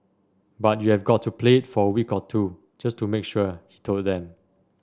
but you've got to play it for a week or two just to make sure he told them